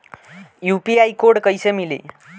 UPI code कैसे मिली?